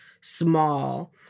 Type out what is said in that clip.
Small